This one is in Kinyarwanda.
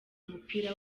umupira